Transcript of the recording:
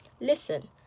Listen